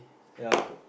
ya